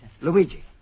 Luigi